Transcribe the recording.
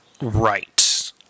Right